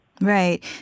Right